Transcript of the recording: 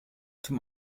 zum